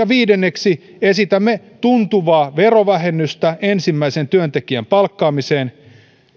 viidenneksi esitämme tuntuvaa verovähennystä ensimmäisen työntekijän palkkaamiseen